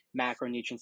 macronutrients